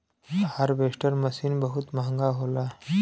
harvester machine बहुत महंगा होला